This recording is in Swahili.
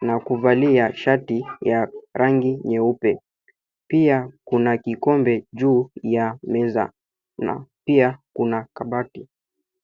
na kuvalia shati ya rangi nyeupe. Pia kuna kikombe juu ya meza, na pia kuna kabati.